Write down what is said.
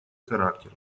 характер